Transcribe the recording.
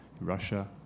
Russia